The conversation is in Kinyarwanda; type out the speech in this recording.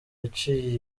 yaciye